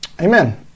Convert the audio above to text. Amen